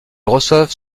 reçoivent